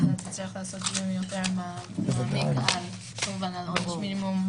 תצטרך לעשות דיון יותר מעמיק כמובן על עונש מינימום.